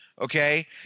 Okay